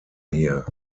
hier